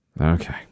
Okay